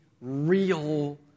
real